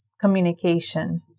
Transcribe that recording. communication